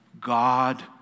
God